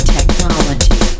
technology